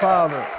Father